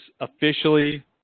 officially